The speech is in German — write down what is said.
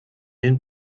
den